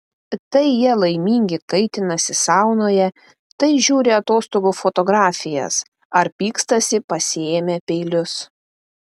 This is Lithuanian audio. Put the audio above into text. tai jie laimingi kaitinasi saunoje tai žiūri atostogų fotografijas ar pykstasi pasiėmę peilius